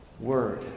word